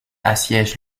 assiègent